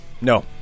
No